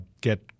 get